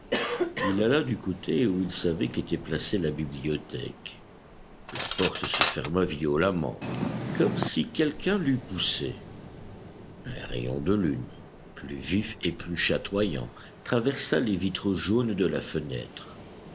il alla du côté où il savait qu'était placée la bibliothèque la porte se ferma violemment comme si quelqu'un l'eût poussée un rayon de lune plus vif et plus chatoyant traversa les vitres jaunes de la fenêtre